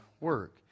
work